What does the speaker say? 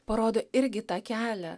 parodo irgi tą kelią